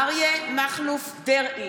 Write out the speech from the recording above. אריה מכלוף דרעי,